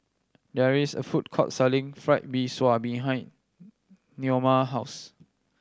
there is a food court selling Fried Mee Sua behind Naoma house